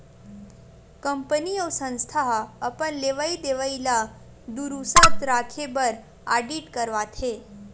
company अउ संस्था ह अपन लेवई देवई ल दुरूस्त राखे बर आडिट करवाथे